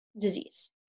disease